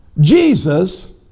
Jesus